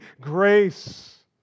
grace